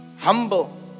humble